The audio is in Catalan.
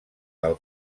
del